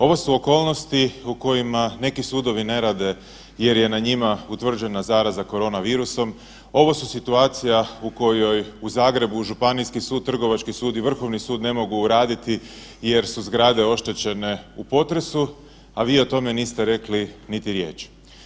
Ovo su okolnosti u kojima neki sudovi ne rade jer je na njima utvrđena zaraza korona virusom ovo su situacije u kojoj u Zagrebu Županijski sud, Trgovački sud i Vrhovni sud ne mogu raditi jer su zgrade oštećene u potresu, a vi o tome niste rekli niti riječi.